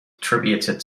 attributed